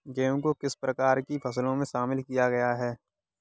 गेहूँ को किस प्रकार की फसलों में शामिल किया गया है?